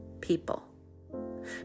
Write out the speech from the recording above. people